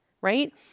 Right